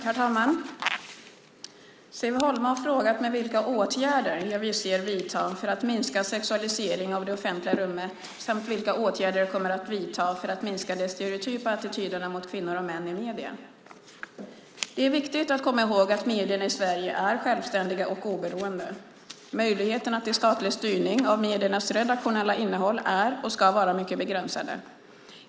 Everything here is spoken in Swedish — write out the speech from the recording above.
Herr talman! Siv Holma har frågat mig vilka åtgärder jag avser att vidta för att minska sexualisering av det offentliga rummet samt vilka åtgärder jag kommer att vidta för att minska de stereotypa attityderna mot kvinnor och män i medierna. Det är viktigt att komma ihåg att medierna i Sverige är självständiga och oberoende. Möjligheterna till statlig styrning av mediernas redaktionella innehåll är och ska vara mycket begränsade.